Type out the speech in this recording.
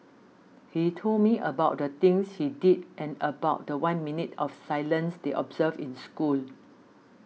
he told me about the things he did and about the one minute of silence they observed in school